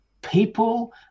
People